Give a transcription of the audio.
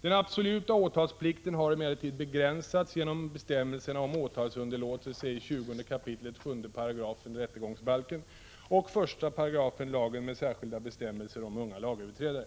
Den absoluta åtalsplikten har emellertid begränsats genom bestämmelserna om åtalsunderlåtelse i 20 kap. 7 § rättegångsbalken och 1§ lagen med särskilda bestämmelser om unga lagöverträdare.